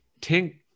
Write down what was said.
Tink